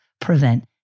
prevent